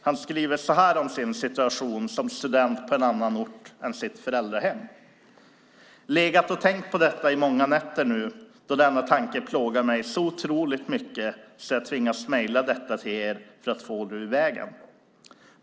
Han skriver så här om sin situation som student på en annan ort än den där föräldrahemmet finns: Jag har legat och tänkt på detta i många nätter nu, och denna tanke plågar mig så otroligt mycket så jag tvingas mejla detta till er för att få det ur vägen.